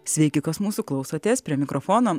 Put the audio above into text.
sveiki kas mūsų klausotės prie mikrofono